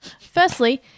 Firstly